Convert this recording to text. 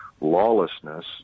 lawlessness